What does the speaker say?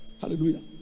Hallelujah